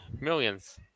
Millions